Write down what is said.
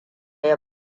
ya